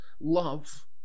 love